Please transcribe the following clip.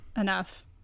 enough